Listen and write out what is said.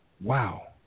Wow